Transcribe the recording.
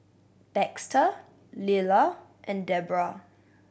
Baxter Lilla and Debbra